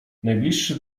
najbliższy